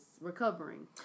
recovering